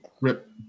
Rip